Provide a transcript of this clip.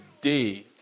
day